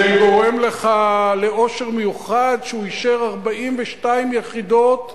זה גורם לך לאושר מיוחד שהוא אישר 42 יחידות בקרני-שומרון,